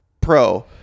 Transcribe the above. pro